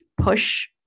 push